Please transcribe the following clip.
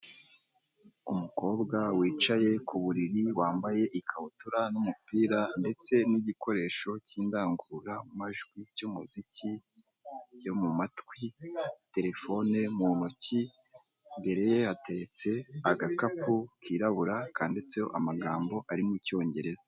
Umukobwa wicaye ku buriri wambaye ikabutura n'umupira ndetse n'igikoresho cy'indangururamajwi cy'umuziki byo mu matwi, terefone mu ntoki. Imbere ye hateretse agakapu kirabura kandiditseho amagambo ari mu cyongereza.